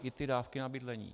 I ty dávky na bydlení.